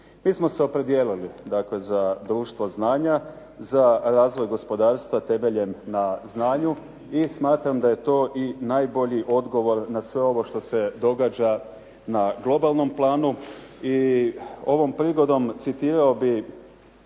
Mi smo se opredijelili dakle za društvo znanja, za razvoj gospodarstva temeljen na znanju i smatram da je to i najbolji odgovor na sve ovo što se događa na globalnom planu. I ovom prigodom citirao bih